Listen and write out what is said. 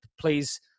please